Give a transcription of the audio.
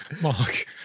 Mark